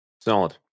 Solid